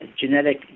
genetic